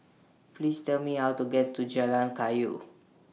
Please Tell Me How to get to Jalan Kayu